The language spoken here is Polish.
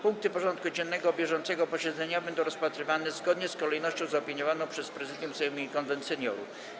Punkty porządku dziennego bieżącego posiedzenia będą rozpatrywane zgodnie z kolejnością zaopiniowaną przez Prezydium Sejmu i Konwent Seniorów.